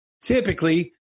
typically